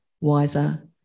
wiser